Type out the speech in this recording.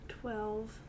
twelve